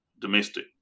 domestic